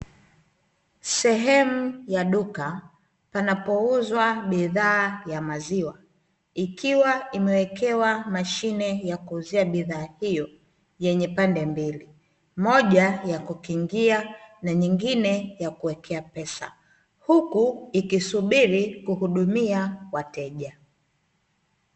Sehemu ya duka panapouzwa bidhaa ya maziwa ikiwa imewekewa mashine ya kuuzia bidhaa hiyo yenye pande mbili, moja ya kukingia na nyingine ya kuwekea pesa huku ikisubiri kuhudumia wateja.